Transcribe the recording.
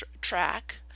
track